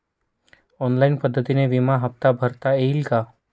Online पद्धतीने विमा हफ्ता भरता येईल का?